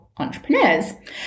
entrepreneurs